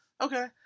Okay